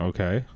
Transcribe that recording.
Okay